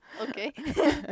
Okay